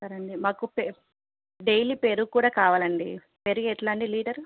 సరే అండి మాకు పె డైలీ పెరుగు కూడా కావాలండి పెరుగు ఎట్లా అండి లీటర్